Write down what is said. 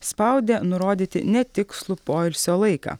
spaudė nurodyti netikslų poilsio laiką